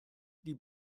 die